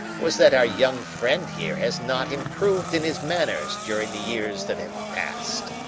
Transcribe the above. was that our young friend here has not improved in his manners during the years that have passed.